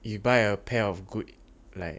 you buy a pair of good like